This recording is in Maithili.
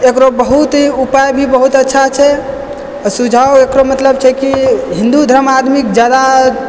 एकरो बहुत ही उपाय भी बहुत अच्छा छै आओर सुझाव एकरो मतलब छै कि हिन्दू धर्म आदमीके जादा